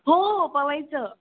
हो पवायचं